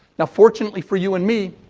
now, fortunately for you and me,